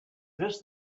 this